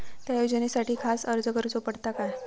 त्या योजनासाठी खास अर्ज करूचो पडता काय?